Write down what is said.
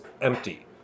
empty